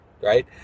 right